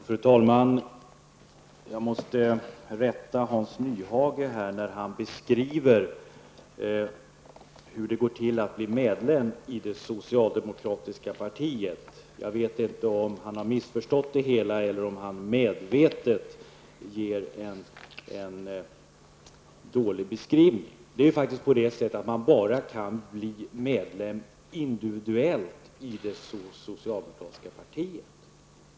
Fru talman! Jag måste rätta Hans Nyhage när han beskriver hur det går till att bli medlem i det socialdemokratiska partiet. Jag vet inte om han har missförstått det eller om han medvetet ger en dålig beskrivning. Man kan bara bli medlem i det socialdemokratiska partiet individuellt.